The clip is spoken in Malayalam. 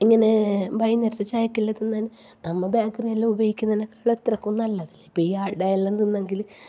ഇങ്ങനെ വൈകുന്നേരത്തെ ചായയ്ക്ക് എല്ലാം തിന്നാന് നമ്മൾ ബേക്കറിയിൽ നിന്നെല്ലാം ഉപയോഗിക്കുന്നതിനേക്കാളും അത്രയ്ക്ക് നല്ലതാണ് ഇപ്പോൾ ഈ അടയെല്ലാം തിന്നെങ്കിൽ